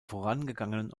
vorangegangenen